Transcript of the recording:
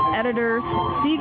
editors